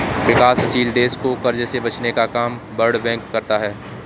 विकासशील देश को कर्ज से बचने का काम वर्ल्ड बैंक करता है